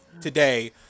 today